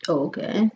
okay